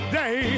day